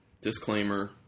disclaimer